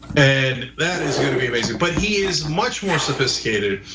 and that is gonna be amazing but he is much more sophisticated,